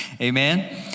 Amen